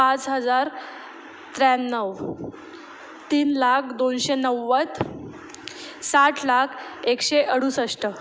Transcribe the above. पाच हजार त्र्याण्णव तीन लाख दोनशे नव्वद साठ लाख एकशे अडुसष्ट